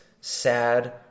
Sad